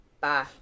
Bye